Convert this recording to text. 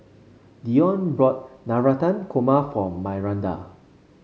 Deon bought Navratan Korma for Myranda